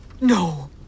No